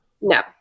No